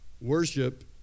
Worship